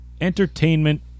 entertainment